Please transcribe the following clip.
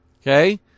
okay